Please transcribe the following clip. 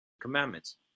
commandments